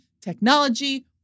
technology